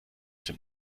dem